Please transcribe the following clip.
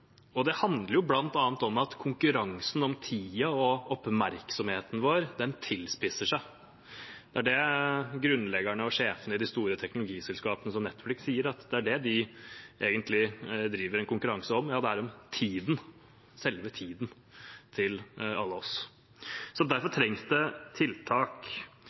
og det handler bl.a. om at konkurransen om tiden og oppmerksomheten vår tilspisser seg. Grunnleggerne og sjefene i de store teknologiselskapene, som Netflix, sier at det er det de egentlig driver en konkurranse om – selve tiden til alle oss. Derfor trengs det tiltak.